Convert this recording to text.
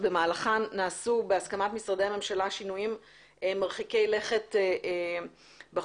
ובמהלכם נעשו בהסכמת משרדי הממשלה שינויים מרחיקי לכת בחוק,